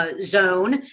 zone